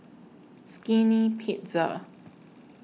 Skinny Pizza